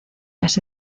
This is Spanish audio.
las